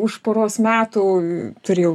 už poros metų turi jau